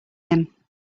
him